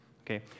Okay